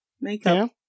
makeup